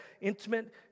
intimate